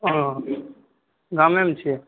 ओ गामेमे छियै